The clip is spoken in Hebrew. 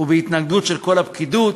ובהתנגדות של כל הפקידות,